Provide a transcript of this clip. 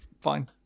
fine